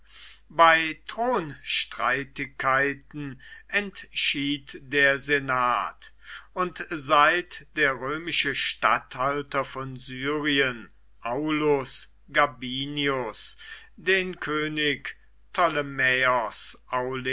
bei thronstreitigkeiten entschied der senat und seit der römische statthalter von syrien aulus gabinius den könig